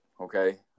Okay